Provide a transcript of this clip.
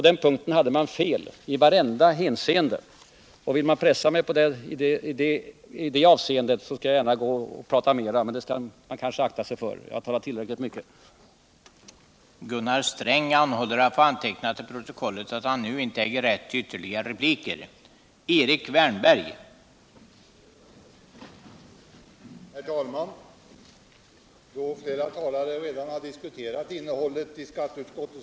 De hade fel i varje hänseende, och vill de veta mera på den punkten så skall jag gärna stå till tjänst, men det bör de kanske akta sig för. Jag har talat tillräckligt mycket redan.